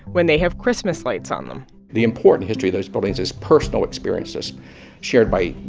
when they have christmas lights on them the important history of those buildings is personal experiences shared by,